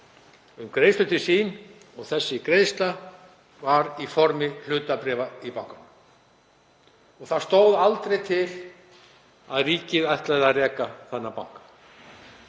um greiðslur til sín. Þessi greiðsla var í formi hlutabréfa í bankanum. Það stóð aldrei til að ríkið ætlaði að reka þennan banka.